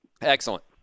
excellent